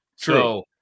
True